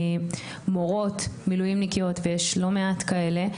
המורות, מילואמיניקיות, ויש לא מעט כאלה.